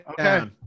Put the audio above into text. Okay